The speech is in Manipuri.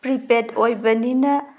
ꯄ꯭ꯔꯤꯄꯦꯠ ꯑꯣꯏꯕꯅꯤꯅ